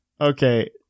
Okay